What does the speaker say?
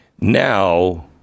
Now